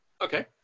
Okay